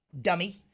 dummy